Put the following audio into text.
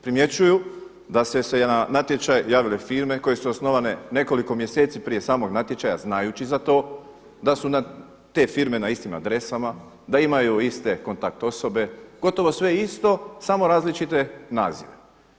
Primjećuju da su se na natječaj javile firme koje su osnovane nekoliko mjeseci prije samog natječaja, znajući za to, da su te firme na istim adresama, da imaju iste kontakt osobe, gotovo sve isto samo različite nazive.